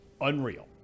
unreal